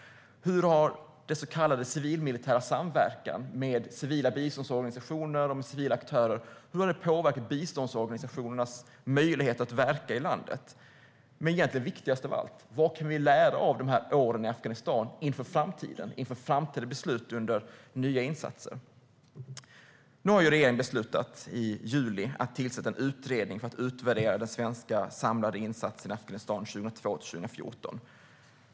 Hur har den så kallade civil-militära samverkan med civila biståndsorganisationer och andra civila aktörer påverkat biståndsorganisationernas möjligheter att verka i landet? Men viktigast av allt: Vad kan vi lära av åren i Afghanistan inför framtida beslut om nya insatser? Regeringen beslutade i juli att tillsätta en utredning för att utvärdera den samlade svenska insatsen i Afghanistan 2002-2014.